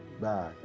bye